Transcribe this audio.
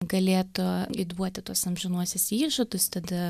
galėtų įduoti tuos amžinuosius įžadus tada